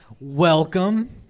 Welcome